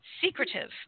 secretive